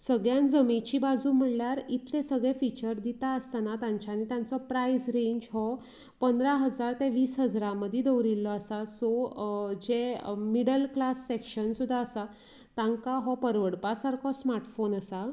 सगळ्यान जमेची बाजू म्हळ्यार इतलें सगळे फिचर दिता आसतना तांच्यानी तांचो प्रायस रेंज हो पंदरा हजार ते वीस हजारां मदी दवरिल्लो आसा सो जे मिडल क्लास सेशन सुद्दां आसा तांका हो परवडपा सारको स्मार्ट फोन आसा